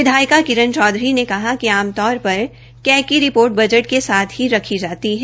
विधायका किरन चौधरी ने कहा कि आमतौर पर कैग की रिपोर्ट बजट के साथ ही रखी जाती है